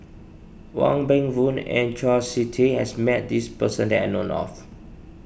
Wong Meng Voon and Chau Sik Ting has met this person that I know of